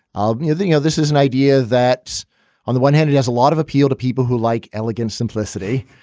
um you you know, this is an idea that on the one hand, it has a lot of appeal to people who like elegant simplicity.